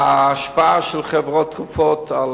ההשפעה של חברות תרופות על